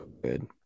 good